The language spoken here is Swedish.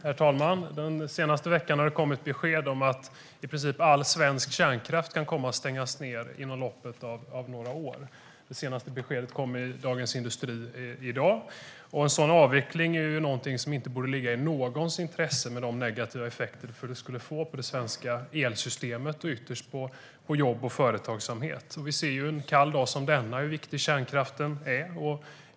Herr talman! Den senaste veckan har det kommit besked om att i princip all svensk kärnkraft kan komma att stängas ned inom loppet av några år. Det senaste beskedet kom i Dagens industri i dag. En sådan avveckling borde inte ligga i någons intresse med de negativa effekter det skulle få på det svenska elsystemet och ytterst för jobb och företagsamhet. Vi ser en kall dag som denna hur viktig kärnkraften är.